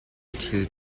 thil